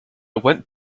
went